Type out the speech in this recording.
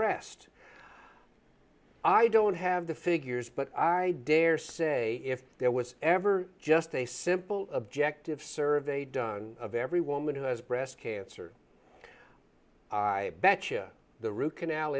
breast i don't have the figures but i dare say if there was ever just a simple objective survey done of every woman who has breast cancer i betcha the root canal